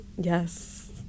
Yes